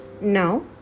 now